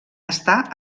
està